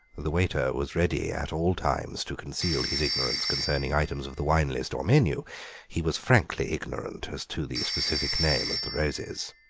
the waiter was ready at all times to conceal his ignorance concerning items of the wine-list or menu he was frankly ignorant as to the specific name of the roses.